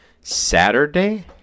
Saturday